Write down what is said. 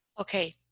okay